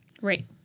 Right